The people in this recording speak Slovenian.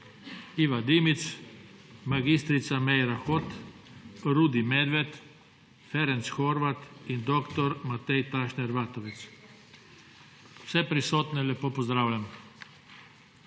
Iva Dimic, mag. Meira Hot, Rudi Medved, Ferenc Horváth in dr. Matej Tašner Vatovec. Vse prisotne lepo pozdravljam!